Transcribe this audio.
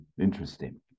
interesting